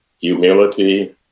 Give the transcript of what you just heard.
humility